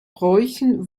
bräuchen